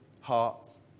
hearts